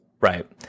Right